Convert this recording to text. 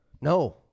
No